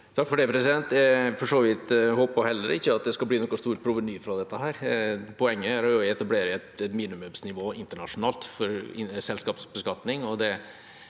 håper for så vidt heller ikke at det skal bli noe stort proveny fra dette. Poenget er å etablere et minimumsnivå internasjonalt for selskapsbeskatning,